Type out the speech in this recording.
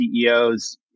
CEOs